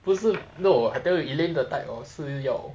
不是 no I tell you elaine the type orh 是要